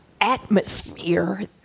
atmosphere